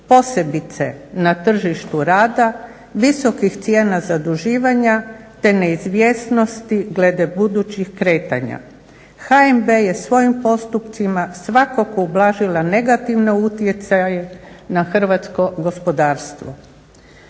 posebice na tržištu rada, visokih cijena zaduživanja te neizvjesnosti glede budućih kretanja. HNB je svojim postupcima svakako ublažila negativne utjecaje na hrvatsko gospodarstvo.